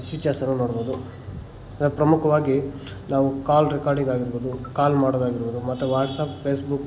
features ಎಲ್ಲ ನೋಡ್ಬೋದು ಪ್ರಮುಖವಾಗಿ ನಾವು ಕಾಲ್ ರೆಕಾರ್ಡಿಂಗ್ ಆಗಿರ್ಬೋದು ಕಾಲ್ ಮಾಡೋದಾಗಿರ್ಬೋದು ಮತ್ತು ವಾಟ್ಸಾಪ್ ಫೇಸ್ಬುಕ್